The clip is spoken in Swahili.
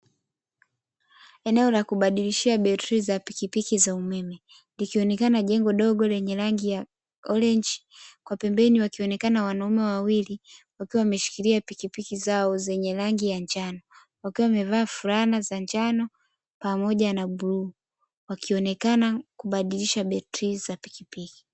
Eneo la kubadilishia betrii za pikipiki za umeme likionekana jengo dogo lenye rangi ya orenji kwa pembeni wakionekana wanaume wawili wakiwa wameshikilia pikipiki zao, zenye rangi ya njano wakiwa wamevaa fulana za njano pamoja na bluu wakionekana kubadilisha betrii za pikipiki.